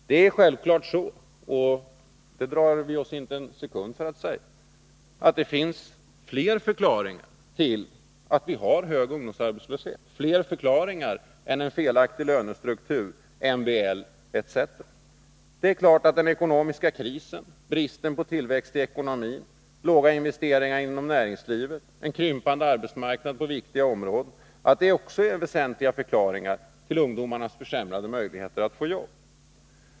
Självfallet finns det — det drar vi oss inte en sekund för att säga — fler viktiga förklaringar till ungdomsarbetslösheten än en felaktig. lönestruktur, MBL etc. Det är klart att den ekonomiska krisen, bristen på tillväxt i ekonomin, låga investeringar inom näringslivet, en krympande arbetsmarknad på viktiga områden också är väsentliga förklaringar till ungdomarnas försämrade möjligheter att få jobb.